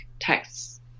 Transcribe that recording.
texts